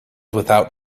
without